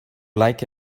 like